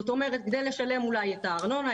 זאת אומרת כדי לשלם אולי את הארנונה,